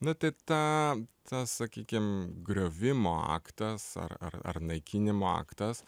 nu tai ta ta sakykim griovimo aktas ar ar ar naikinimo aktas